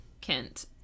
Kent